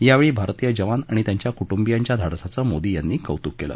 यावेळी भारतीय जवान आणि त्यांच्या कुटुंबियाच्या धाडसाचं मोदी यांनी कौतुक केलं